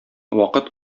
вакыт